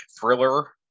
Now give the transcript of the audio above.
thriller